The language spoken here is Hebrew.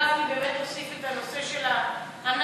גפני באמת הוסיף את הנושא של --- אנחנו